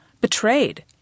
betrayed